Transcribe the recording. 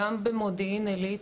גם במודיעין עילית.